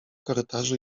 korytarzu